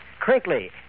crinkly